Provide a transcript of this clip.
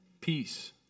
Peace